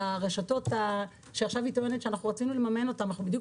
הרשתות שעכשיו היא טוענת שאנחנו רוצים לממן אותן אנחנו בדיוק